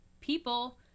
people